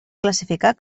classificar